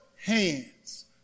hands